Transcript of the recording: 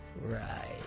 Right